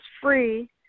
free